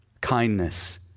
kindness